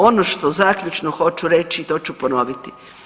Ono što zaključno hoću reći to ću i ponoviti.